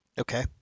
Okay